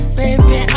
baby